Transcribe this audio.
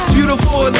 Beautiful